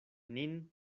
nin